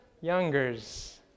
youngers